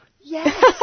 Yes